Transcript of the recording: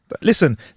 Listen